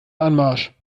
anmarsch